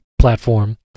platform